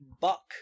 Buck